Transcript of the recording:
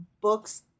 books